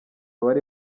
bari